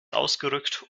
ausgerückt